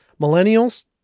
Millennials